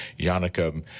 Yannicka